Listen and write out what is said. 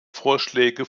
vorschläge